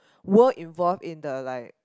were involved in the like